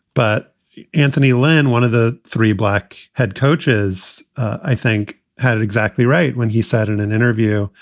but anthony lynn, one of the three black head coaches, i think had it exactly right when he said in an interview.